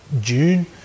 June